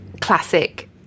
classic